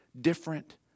different